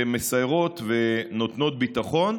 שמסיירות ונותנות ביטחון.